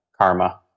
karma